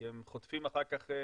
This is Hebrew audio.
כי הם חוטפים אחר כך,